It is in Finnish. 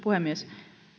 puhemies